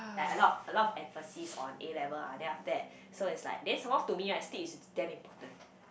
like a lot of a lot of emphasis on level A ah then after that so is like then some more to me lah sleep is damn important